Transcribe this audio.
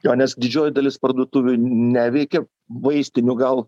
jo nes didžioji dalis parduotuvių neveikė vaistinių gal